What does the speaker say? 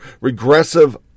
regressive